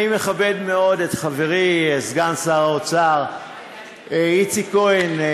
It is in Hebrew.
אני מכבד מאוד את חברי סגן שר האוצר איציק כהן.